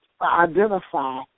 identify